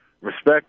respect